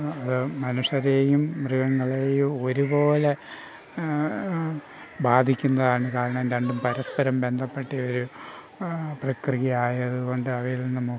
അത് മനുഷ്യരെയും മൃഗങ്ങളെയും ഒരുപോലെ ബാധിക്കുന്നതാണ് കാരണം രണ്ടും പരസ്പരം ബന്ധപ്പെട്ട ഒരു പ്രക്രിയയാതുകൊണ്ട് അവയിൽ നിന്നും മൊ